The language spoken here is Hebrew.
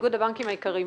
איגוד הבנקים היקרים,